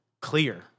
clear